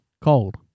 cold